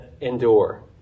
endure